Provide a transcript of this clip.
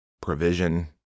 provision